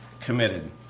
committed